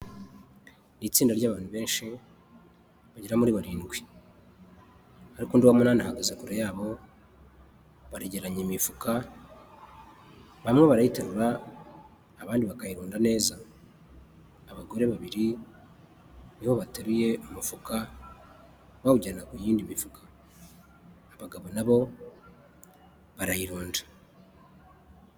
Itsinda ry'abantu benshi bagera muri barindwi ariko undi wa munani arahagaze kure yabo begeranya imifuka bamwe barayiterura abandi bakayirunda neza abagore babiri nibo bateruye umufuka bawujyana ku yindi mifuka abagabo nabo barayironda.